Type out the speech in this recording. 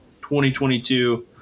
2022